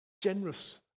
generous